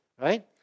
Right